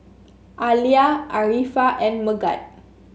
Alya Arifa and Megat